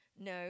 No